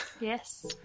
Yes